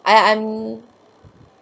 I I'm